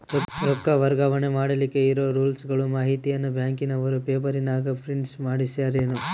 ರೊಕ್ಕ ವರ್ಗಾವಣೆ ಮಾಡಿಲಿಕ್ಕೆ ಇರೋ ರೂಲ್ಸುಗಳ ಮಾಹಿತಿಯನ್ನ ಬ್ಯಾಂಕಿನವರು ಪೇಪರನಾಗ ಪ್ರಿಂಟ್ ಮಾಡಿಸ್ಯಾರೇನು?